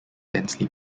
densely